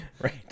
Right